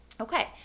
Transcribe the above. okay